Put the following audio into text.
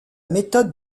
méthode